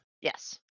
Yes